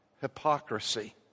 hypocrisy